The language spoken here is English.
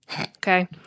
Okay